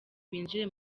binjire